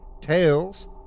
TAILS